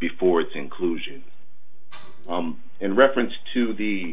before its inclusion and reference to the